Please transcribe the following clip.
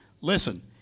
Listen